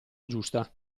giusta